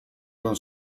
τον